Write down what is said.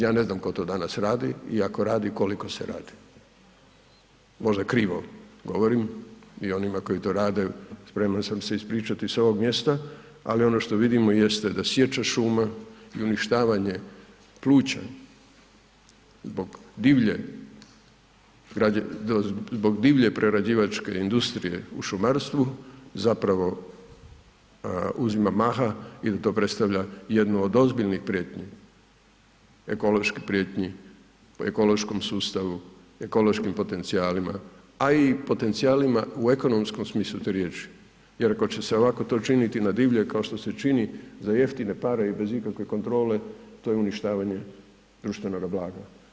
Ja ne znam tko to danas radi i ako radi koliko se radi, možda krivo govorim i onima koji to rade spreman sam se ispričati s ovog mjesta, ali ono što vidimo jeste da sječa šuma i uništavanje pluća zbog divlje prerađivačke industrije u šumarstvu zapravo uzima maha i da to predstavlja jednu od ozbiljnih prijetnji, ekoloških prijetnji ekološkom sustavu, ekološkim potencijalima, a i potencijalima u ekonomskom smislu te riječi jer ako će se ovako to činit na divlje, kao što se čini, za jeftine pare i bez ikakve kontrole, to je uništavanje društvenoga blaga.